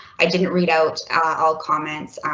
i didn't read out all comments,